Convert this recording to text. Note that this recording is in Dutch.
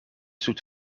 zoet